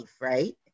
Right